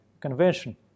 convention